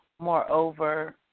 Moreover